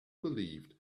believed